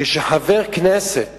כשחבר כנסת